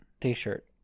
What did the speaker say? T-shirt